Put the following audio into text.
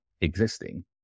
existing